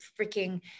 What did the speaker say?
freaking